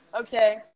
Okay